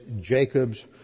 Jacob's